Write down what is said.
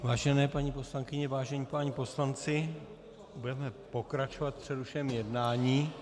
Vážené paní poslankyně, vážení páni poslanci, budeme pokračovat v přerušeném jednání.